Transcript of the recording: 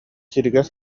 сиригэр